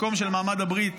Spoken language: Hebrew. מקום מעמד הברית